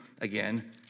again